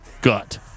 gut